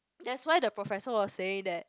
that's why the professor will say that